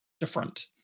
different